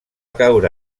caure